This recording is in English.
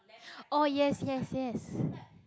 oh yes yes yes